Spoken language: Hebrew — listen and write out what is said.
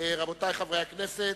רבותי חברי הכנסת,